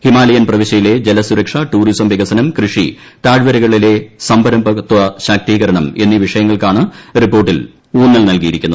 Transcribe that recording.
Himalayan പ്രവിശൃയിലെ ജലസുരക്ഷ tourism വികസനം കൃഷി താഴ്വരകളിലെ സംരംഭകത്വ ശാക്തീകരണം വിഷയങ്ങൾക്കാണ് റിപ്പോർട്ടിൽ എന്നീ ഊന്നൽ നൽകിയിരിക്കുന്നത്